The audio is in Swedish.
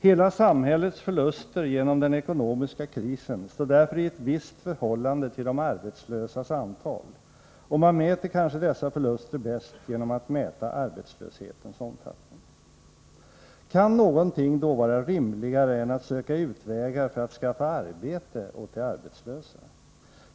Hela samhällets förluster genom den ekonomiska krisen stå därför i ett visst förhållande till de arbetslösas antal, och man mäter kanske dessa förluster bäst genom att mäta arbetslöshetens omfattning. Kan någonting då vara rimligare än att söka utvägar för att skaffa arbete åt de arbetslösa?